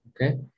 Okay